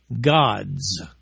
God's